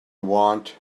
want